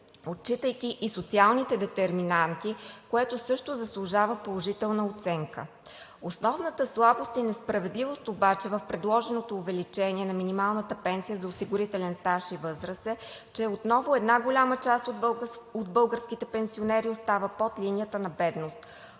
отчитайки и социалните детерминанти, което също заслужава положителна оценка. Основната слабост и несправедливост обаче в предложеното увеличение на минималната пенсия за осигурителен стаж и възраст е, че една голяма част от българските пенсионери отново остава под линията на бедност,